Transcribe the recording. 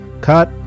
CUT